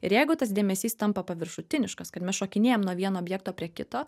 ir jeigu tas dėmesys tampa paviršutiniškas kad mes šokinėjam nuo vieno objekto prie kito